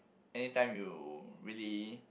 anytime you really